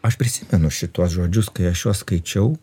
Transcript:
aš prisimenu šituos žodžius kai aš juos skaičiau